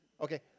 Okay